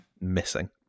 missing